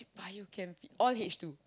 Bio Chem Phy all H two